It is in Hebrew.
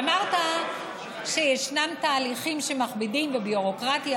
אמרת שישנם תהליכים שמכבידים וביורוקרטיה,